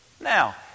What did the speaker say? Now